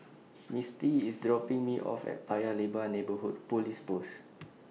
Misty IS dropping Me off At Paya Lebar Neighbourhood Police Post